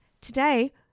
Today